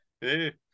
Hey